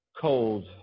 cold